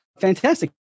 Fantastic